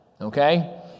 Okay